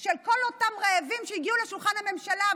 של כל אותם רעבים שהגיעו לשולחן הממשלה,